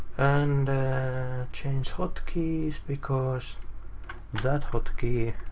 and change hotkeys, because that hotkey